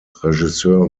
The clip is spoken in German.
regisseur